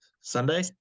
Sunday